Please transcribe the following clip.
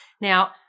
now